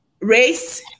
race